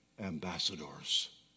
ambassadors